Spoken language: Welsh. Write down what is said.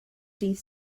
dydd